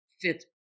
fit